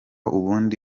ubundi